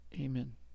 Amen